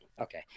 Okay